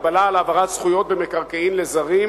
הגבלה על העברת זכויות במקרקעין לזרים),